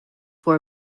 for